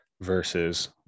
versus